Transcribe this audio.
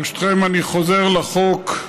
ברשותכם, אני חוזר לחוק.